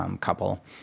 couple